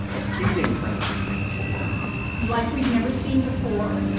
a feeding frenzy of municipal bonds like we've never seen before.